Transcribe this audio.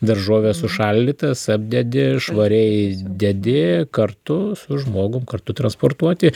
daržoves užšaldytas apdedi švariai dedi kartu su žmogumi kartu transportuoti